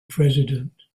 president